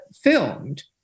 filmed